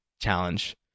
challenge